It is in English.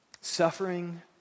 suffering